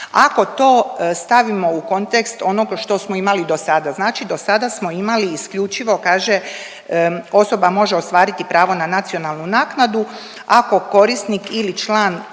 Ako to stavimo u kontekst u onoga što smo imali dosada, znači dosada smo imali isključivo kaže, osoba može ostvariti pravo na nacionalnu naknadu ako korisnik ili član,